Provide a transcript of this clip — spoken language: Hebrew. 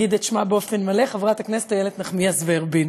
נגיד את שמה באופן מלא: חברת הכנסת איילת נחמיאס ורבין.